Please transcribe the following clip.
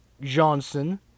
Johnson